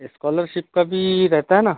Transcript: scholarship का भी रहता है ना